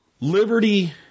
Liberty